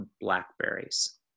blackberries